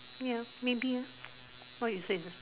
ya maybe ah what you said is the